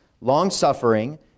long-suffering